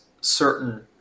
certain